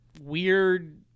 weird